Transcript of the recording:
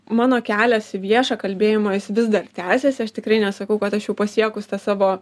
mano kelias į viešą kalbėjimą jis vis dar tęsiasi aš tikrai nesakau kad aš jau pasiekus tą savo